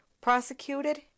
prosecuted